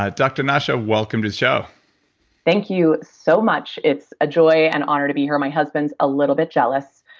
ah dr. nasha, welcome to the show thank you so much. it's a joy and honor to be here. my husband's a little bit jealous,